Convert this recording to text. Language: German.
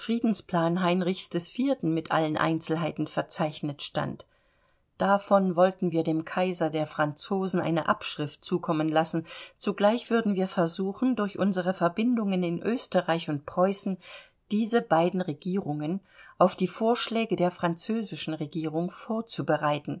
heinrichs iv mit allen einzelheiten verzeichnet stand davon wollten wir dem kaiser der franzosen eine abschrift zukommen lassen zugleich würden wir versuchen durch unsere verbindungen in österreich und preußen diese beiden regierungen auf die vorschläge der französischen regierung vorzubereiten